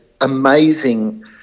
amazing